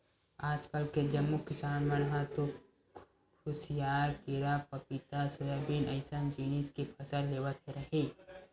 आजकाल के जम्मो किसान मन ह तो खुसियार, केरा, पपिता, सोयाबीन अइसन जिनिस के फसल लेवत हे